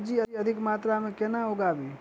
सब्जी अधिक मात्रा मे केना उगाबी?